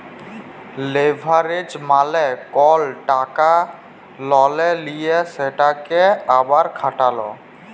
leverage মালে কল টাকা ললে লিঁয়ে সেটকে আবার খাটালো